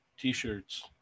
t-shirts